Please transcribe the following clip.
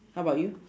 how about you